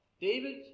David